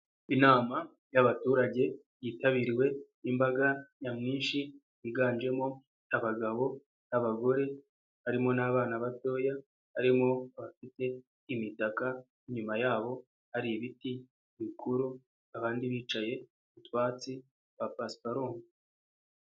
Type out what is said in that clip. Inama y'abaturage, yitabiriwe n'imbaga nyamwinshi, higanjemo abagabo n'abagore, harimo n'abana batoya, barimo abafite imitaka, inyuma yabo hari ibiti bikuru, abandi bicaye ku twatsi twa pasipalume.